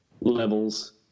levels